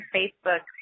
Facebook